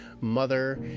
mother